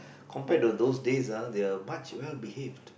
compared to those days ah they are much well behaved